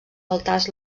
altars